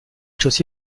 chaussée